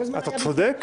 אתה צודק,